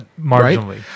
marginally